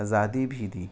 آزادی بھی دی